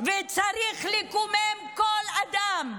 וצריך לקומם כל אדם.